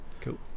Cool